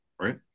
right